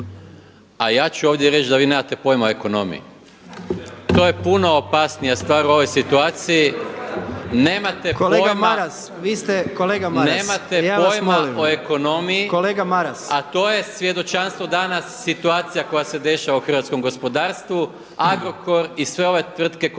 a ja ću ovdje reći da vi nemate pojma o ekonomiji. To je puno opasnija stvar u ovoj situaciji. Nemate pojma … …/Upadica Jandroković: Kolega Maras ja vas molim!/… … o ekonomiji, a to je svjedočanstvo danas situacija koja se dešava u hrvatskom gospodarstvu, Agrokor i sve ove tvrtke koje